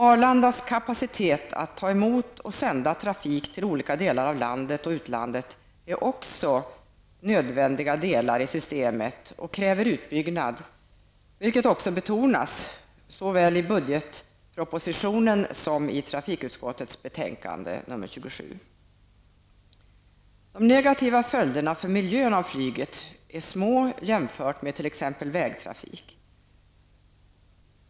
Arlandas kapacitet att ta emot och sända trafik till olika delar av landet och utlandet är också en nödvändig del i systemet. Detta kräver utbyggnad vilket också betonas såväl i budgetpropositionen som i trafikutskottets betänkande nr 27. De negativa följderna för miljön orsakade av flyget är små jämförda med t.ex. dem som orsakas av vägtrafiken.